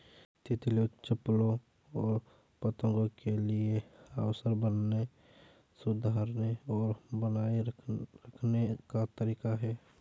तितलियों, चप्पलों और पतंगों के लिए आवास बनाने, सुधारने और बनाए रखने का तरीका है